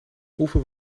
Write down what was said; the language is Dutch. hoeveel